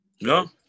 No